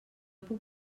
puc